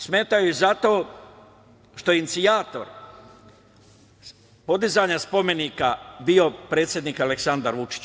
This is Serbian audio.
Smeta joj zato što je inicijator podizanja spomenika bio predsednik Aleksandar Vučić.